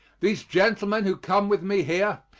these gentlemen who come with me here,